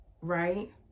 Right